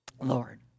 Lord